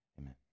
Amen